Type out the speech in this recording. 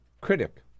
critic